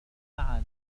معنا